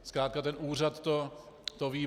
Zkrátka ten úřad to ví.